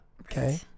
Okay